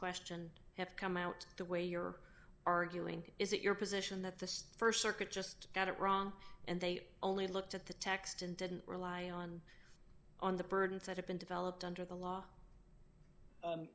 question have come out the way you're arguing is it your position that the st circuit just got it wrong and they only looked at the text and didn't rely on on the burdens that have been developed under the law